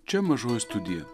čia mažoji studija